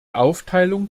aufteilung